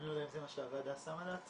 אני לא יודע אם זה מה שהוועדה שמה לעצמה.